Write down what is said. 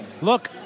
look